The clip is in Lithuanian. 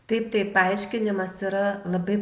taip tai paaiškinimas yra labai